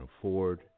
afford